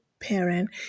parent